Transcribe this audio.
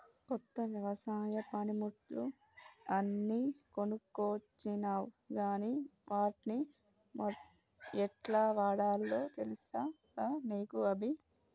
కొత్త వ్యవసాయ పనిముట్లు అన్ని కొనుకొచ్చినవ్ గని వాట్ని యెట్లవాడాల్నో తెలుసా రా నీకు అభి